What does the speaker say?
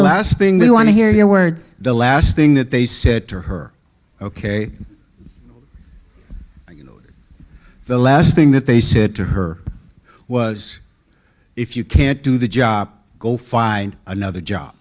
class thing they want to hear your words the last thing that they said to her ok you know the last thing that they said to her was if you can't do the job go find another job